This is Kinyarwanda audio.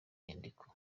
nyandiko